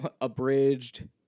abridged